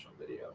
video